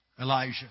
Elijah